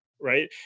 right